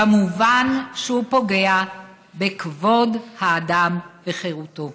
במובן שהוא פוגע בכבוד האדם וחירותו.